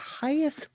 highest